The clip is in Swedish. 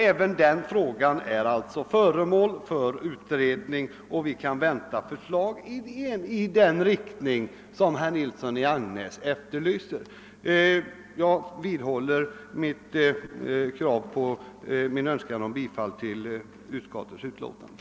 även denna fråga är alltså föremål för utredning, och vi kan vänta förslag i den riktning som herr Nilsson i Agnäs efterlyste. Jag vidhåller mitt yrkande om bifall till utskottets hemställan.